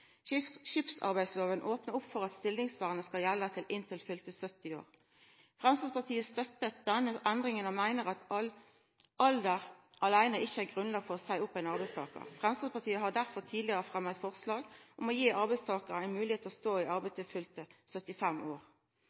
Skipsarbeidsloven opnar opp for at stillingsvernet skal gjelda til inntil fylte 70 år. Framstegspartiet støttar denne endringa og meiner at alder aleine ikkje er grunnlag for å seia opp ein arbeidstakar. Framstegspartiet har derfor tidlegare fremma eit forslag om å gi arbeidstakarar ei moglegheit til å stå i arbeid til fylte 75 år.